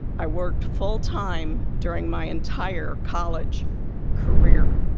i worked full-time during my entire college career.